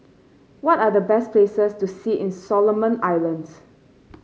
what are the best places to see in Solomon Islands